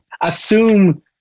assume